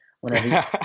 whenever